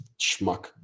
schmuck